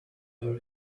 were